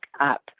up